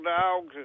dogs